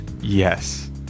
Yes